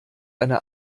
eine